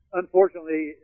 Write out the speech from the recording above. unfortunately